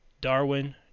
Darwin